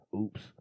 Oops